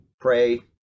pray